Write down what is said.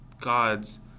God's